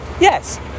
Yes